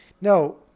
No